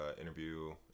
interview